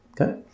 Okay